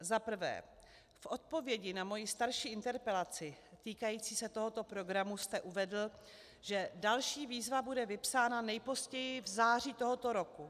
Za prvé, v odpovědi na moji starší interpelaci týkající se tohoto programu jste uvedl, že další výzva bude vypsána nejpozději v září tohoto roku.